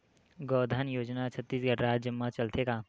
गौधन योजना छत्तीसगढ़ राज्य मा चलथे का?